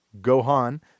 Gohan